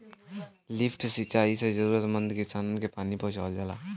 lift सिंचाई से जरूरतमंद किसानन के पानी पहुंचावल जाला